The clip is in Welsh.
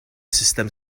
sustem